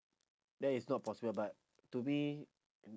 that is not possible but to me